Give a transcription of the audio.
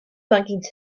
monkeys